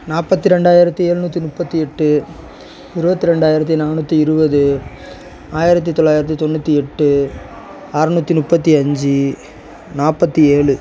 நாற்பத்தி ரெண்டாயிரத்து எழுநூற்றி முப்பத்து எட்டு இருபத்தி ரெண்டாயிரத்து நானூற்றி இருபது ஆயிரத்து தொள்ளாயிரத்து தொண்ணூற்றி எட்டு ஆறுநூற்றி முப்பத்து அஞ்சு நாப்பத்து ஏழு